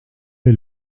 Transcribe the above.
est